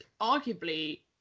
arguably